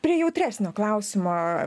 prie jautresnio klausimo